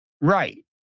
Right